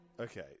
Okay